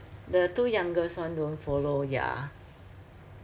the two youngest one don't follow yeah